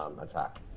attack